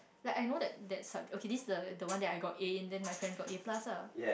like I know that okay this is the the one that I got A and then my friend got A plus lah